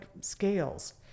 scales